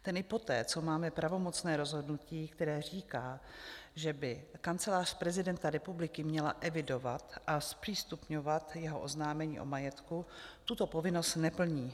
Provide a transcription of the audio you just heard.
Ten i poté, co máme pravomocné rozhodnutí, které říká, že by Kancelář prezidenta republiky měla evidovat a zpřístupňovat jeho oznámení o majetku, tuto povinnost neplní.